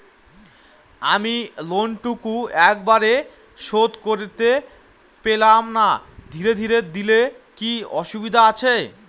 আমি লোনটুকু একবারে শোধ করতে পেলাম না ধীরে ধীরে দিলে কি অসুবিধে আছে?